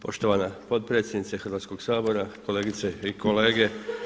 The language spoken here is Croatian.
Poštovana potpredsjednice Hrvatskog sabora, kolegice i kolege.